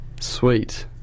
Sweet